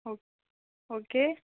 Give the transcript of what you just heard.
okay